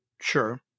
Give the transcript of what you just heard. sure